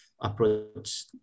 approach